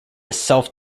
self